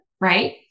right